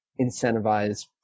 incentivize